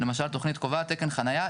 למשל התוכנית קובל תקן חניה,